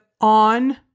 on